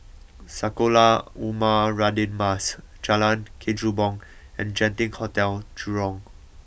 Sekolah Ugama Radin Mas Jalan Kechubong and Genting Hotel Jurong